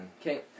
Okay